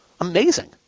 Amazing